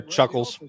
Chuckles